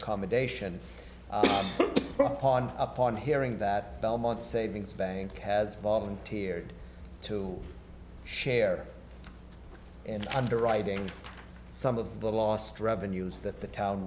accommodation upon hearing that belmont savings bank has volunteered to share and underwriting some of the lost revenues that the town